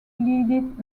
pleaded